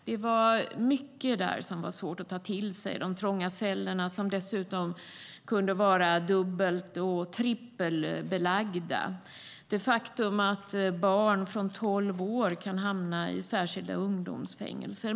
Det var mycket där som var svårt att ta till sig: de trånga cellerna, som dessutom kunde vara dubbel eller trippelbelagda, och det faktum att barn från tolv års ålder kan hamna i särskilda ungdomsfängelser.